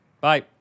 Bye